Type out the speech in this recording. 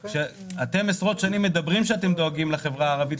אתם עשרות שנים מדברים שאתם דואגים לחברה הערבית,